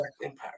impact